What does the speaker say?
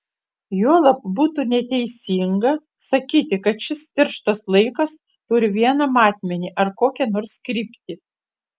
juolab būtų neteisinga sakyti kad šis tirštas laikas turi vieną matmenį ar kokią nors kryptį